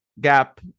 gap